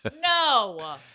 No